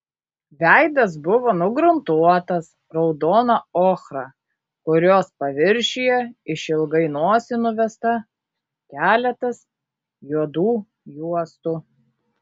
veidas buvo nugruntuotas raudona ochra kurios paviršiuje išilgai nosį nuvesta keletas juodų juostų